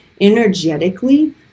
energetically